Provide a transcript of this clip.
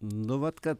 nu vat kad